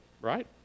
right